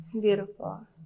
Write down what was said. Beautiful